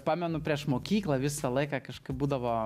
pamenu prieš mokyklą visą laiką kažkaip būdavo